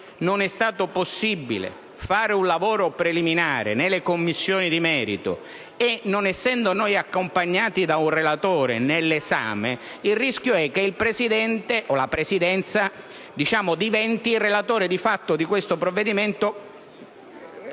non è stato possibile svolgere un lavoro preliminare nelle Commissioni di merito e non essendo noi accompagnati da un relatore nell'esame del provvedimento, il rischio è che la Presidenza diventi relatore di fatto di questo provvedimento